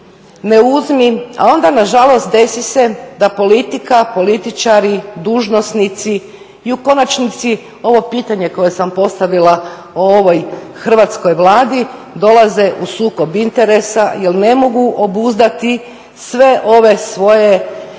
ne uzmi, a onda nažalost desi se da politika, da političari, dužnosnici i u konačnici ovo pitanje koje sam postavila o ovoj Hrvatskoj vladi dolaze u sukob interesa jer ne mogu obuzdati sve ove svoje